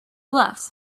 left